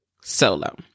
solo